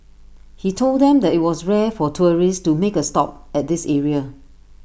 he told them that IT was rare for tourists to make A stop at this area